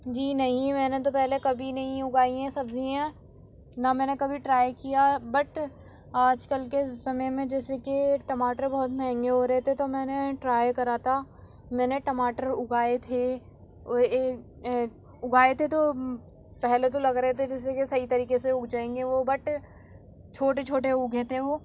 جی نہیں میں نے تو پہلے کبھی نہیں اُگائی ہیں سبزیاں نہ میں نے کبھی ٹرائی کیا بٹ آج کل کے سمعے میں جیسے کہ ٹماٹر بہت مہنگے ہو رہے تھے تو میں نے ٹرائی کرا تھا میں نے ٹماٹر اُگائے تھے اُگائے تھے تو پہلے تو لگ رہے تھے جیسے کہ صحیح طریقے سے اُگ جائیں گے وہ بٹ چھوٹے چھوٹے اُگے تھے وہ